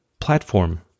platform